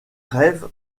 rêve